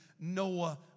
Noah